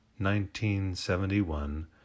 1971